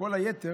כל היתר